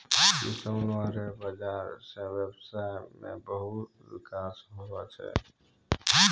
किसानो रो बाजार से व्यबसाय मे भी बिकास होलो छै